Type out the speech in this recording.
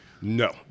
no